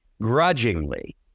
grudgingly